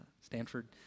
Stanford